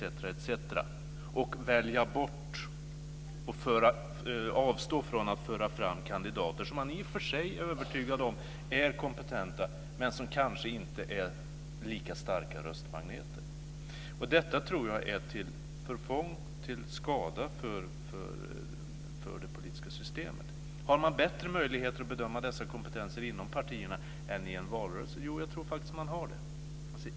Partierna kommer att avstå från att föra fram kandidater som de i och för sig är övertygade om är kompetenta men som kanske inte är lika starka röstmagneter. Detta är till förfång, till skada, för det politiska systemet. Har man bättre möjligheter att bedöma dessa kompetenser inom partierna än i en valrörelse? Jo, jag tror faktiskt att man har det.